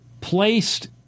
placed